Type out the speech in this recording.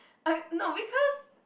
no because